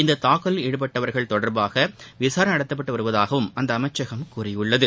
இந்த தாக்குதலில் ஈடுபட்டவர்கள் தொடர்பாக விசாரணை நடத்தப்பட்டு வருவதாகவும் அந்த அமைச்சகம் கூறியுள்ளது